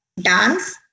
dance